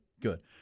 Good